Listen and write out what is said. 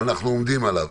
ואנחנו עומדים עליו.